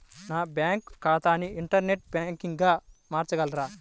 నా బ్యాంక్ ఖాతాని ఇంటర్నెట్ బ్యాంకింగ్గా మార్చగలరా?